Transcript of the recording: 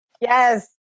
Yes